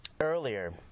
Earlier